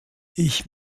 ich